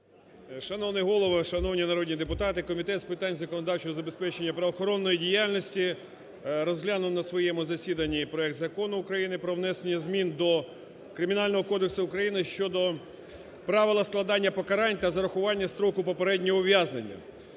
Шановний Голово, шановні народні депутати, Комітет з питань законодавчого забезпечення правоохоронної діяльності розглянув на своєму засіданні проект Закону України про внесення змін до Кримінального кодексу України (щодо правила складання покарань та зарахування строку попереднього ув'язнення).